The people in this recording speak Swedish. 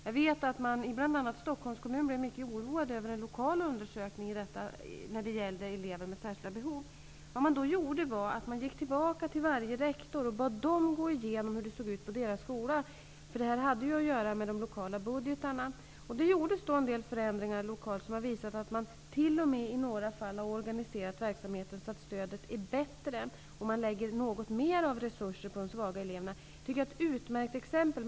Jag vet att man i bl.a. Stockholms kommun blev mycket oroad över en lokal undersökning som gällde elever med särskilda behov. Det man då gjorde var att gå tillbaka till varje rektor för att be dem gå igenom hur det såg ut på vars och ens skola. Detta hade ju att göra med de lokala budgetarna. Det gjordes då en del förändringar lokalt som har visat att man i några fall t.o.m. har organiserat verksamheten så att stödet är bättre. Man lägger något mer av resurserna på de svaga eleverna. Det tycker jag är ett utmärkt exempel.